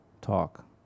talk